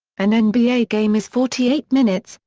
an nba game is forty eight minutes,